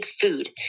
food